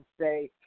say